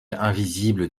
invisible